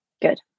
good